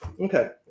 okay